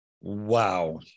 Wow